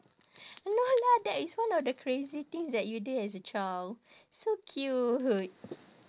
no lah that is one of the crazy things that you did as a child so cute